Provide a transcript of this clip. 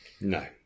No